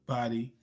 Body